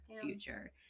future